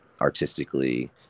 artistically